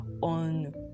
on